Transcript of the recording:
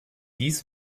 dies